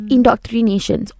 Indoctrination